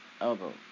elbow